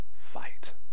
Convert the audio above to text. fight